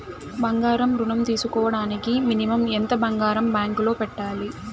బంగారం ఋణం తీసుకోవడానికి మినిమం ఎంత బంగారం బ్యాంకులో పెట్టాలి?